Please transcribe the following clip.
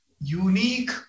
unique